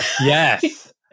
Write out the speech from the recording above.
Yes